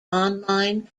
online